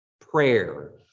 prayer